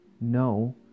no